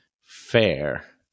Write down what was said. fair